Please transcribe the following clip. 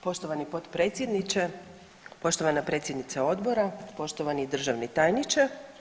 Poštovani potpredsjedniče, poštovana predsjednice odbora, poštovani državni tajniče.